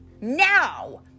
Now